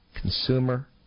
Consumer